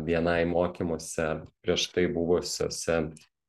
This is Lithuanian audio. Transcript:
bni mokymuose prieš tai buvusiuose